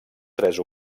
tres